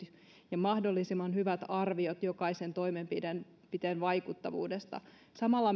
ja mahdollisimman hyvät arviot jokaisen toimenpiteen vaikuttavuudesta samalla